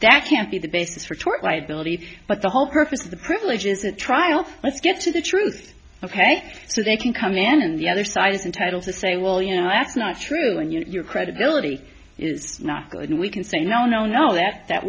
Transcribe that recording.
that can't be the basis for tort liability but the whole purpose of the privilege is a trial let's get to the truth ok so they can come in and the other side is entitled to say well you know that's not true and your credibility is not good and we can say no no no that that